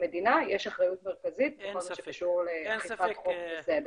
למדינה יש אחריות מרכזית בכל מה שקשור לאכיפת חוק וסדר.